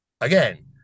again